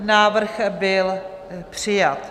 Návrh byl přijat.